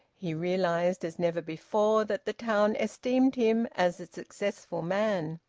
he realised, as never before, that the town esteemed him as a successful man.